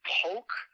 poke